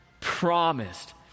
promised